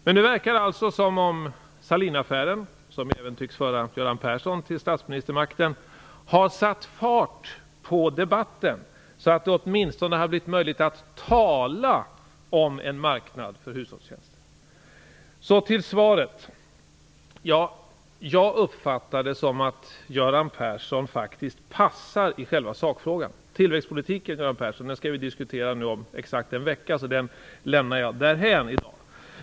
Men det verkar alltså som om Sahlinaffären - som även tycks föra Göran Persson till statsministermakten - har satt fart på debatten, så att det åtminstone har blivit möjligt att tala om en marknad för hushållstjänster. Så till svaret. Jag uppfattar det som att Göran Persson faktiskt passar i själva sakfrågan. Tillväxtpolitiken, Göran Persson, skall vi diskutera om exakt en vecka, så den lämnar jag därhän i dag.